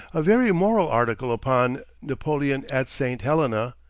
a very moral article upon napoleon at st. helena,